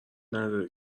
نداره